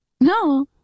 No